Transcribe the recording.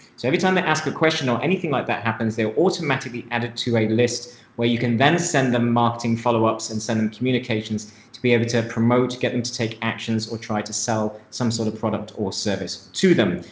so every time they ask a question or anything like that happens, they are automatically added to a list where you can then send them marketing followups and send them communications to be able to promote, to get them to take actions or try to sell some sort of product or service to them.